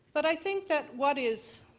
but i think that what is